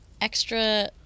extra